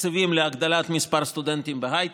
תקציבים להגדלת מספר הסטודנטים בהייטק,